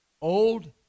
old